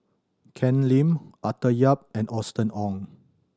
Ken Lim Arthur Yap and Austen Ong